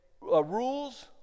rules